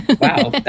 wow